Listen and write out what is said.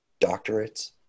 doctorates